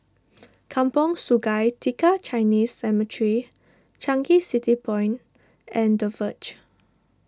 Kampong Sungai Tiga Chinese Cemetery Changi City Point and the Verge